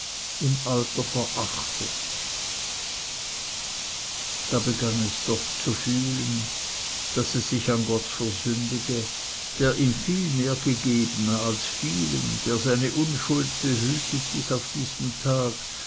im alter verachtet da begann es doch zu fühlen daß es sich an gott versündige der ihm viel mehr gegeben als vielen der seine unschuld behütet bis auf diesen tag